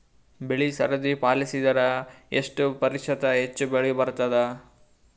ಬೆಳಿ ಸರದಿ ಪಾಲಸಿದರ ಎಷ್ಟ ಪ್ರತಿಶತ ಹೆಚ್ಚ ಬೆಳಿ ಬರತದ?